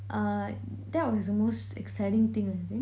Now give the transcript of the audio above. uh that was the most exciting thing I think